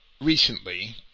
recently